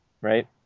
right